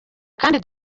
kandi